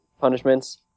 punishments